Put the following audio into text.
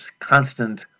constant